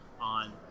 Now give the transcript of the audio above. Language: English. on